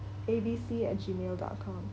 abc at gmail dot com